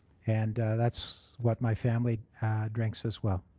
and that's what my family drinks as well.